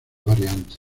variantes